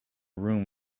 room